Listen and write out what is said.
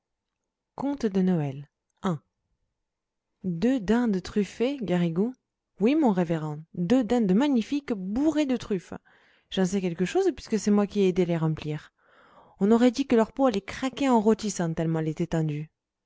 conte de noël deux dindes truffées garrigou oui mon révérend deux dindes magnifiques bourrées de truffes j'en sais quelque chose puisque c'est moi qui ai aidé à les remplir on aurait dit que leur peau allait craquer en rôtissant tellement